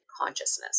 consciousness